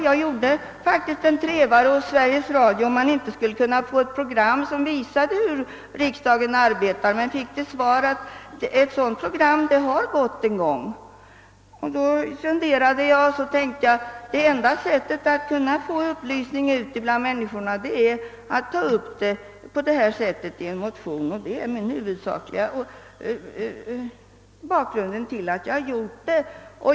Jag gjorde faktiskt en trevare hos Sveriges Radio, huruvida vi inte skulle kunna få ett program som visade hur riksdagen arbetar. Jag fick då till svar, att ett sådant program redan har getts en gång. Jag fann i det läget att det enda sättet att sprida upplysning bland människorna var att ta upp frågan i en motion, och det är den huvudsakliga anledningen till att jag motionerade.